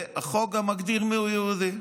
והחוק גם מגדיר מיהו יהודי.